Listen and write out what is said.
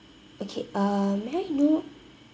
okay uh may I know